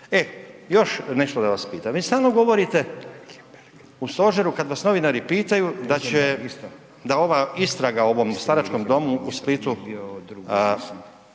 E još nešto da vas pitam, vi stalno govorite u stožeru kada vas novinari pitaju da ova istraga o ovom staračkom domu u Splitu